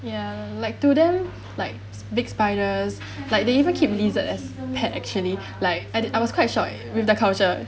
ya like to them like big spiders like they even keep lizard as pet actually like I did I was quite shocked with their culture